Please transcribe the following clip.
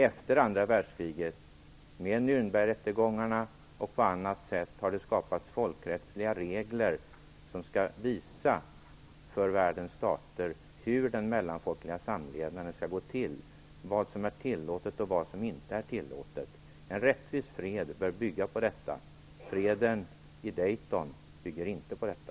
Efter andra världskriget har det, med Nürnbergrättegångarna och på annat sätt, skapats folkrättsliga regler som skall visa för världens stater vad den mellanfolkliga samlevnaden skall gå ut på, vad som är tillåtet och vad som inte är tillåtet. En rättvis fred bör bygga på detta. Freden enligt Daytonöverenskommelsen bygger inte på detta.